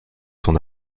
son